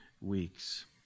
weeks